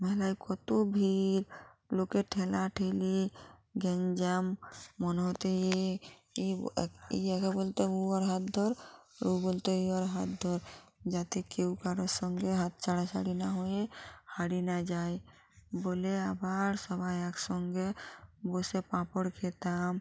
মেলায় কতো ভিড় লোকের ঠেলা ঠেলি গ্যাঞ্জাম মনে হতো এ এই এক এই আগে বলতো ও ওর হাত ধর ও বলতো এ ওর হাত ধর যাতে কেউ কারোর সঙ্গে হাত ছাড়াছাড়ি না হয়ে হারিয়ে না যায় বলে আবার সবাই একসঙ্গে বসে পাঁপড় খেতাম